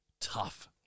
tough